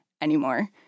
anymore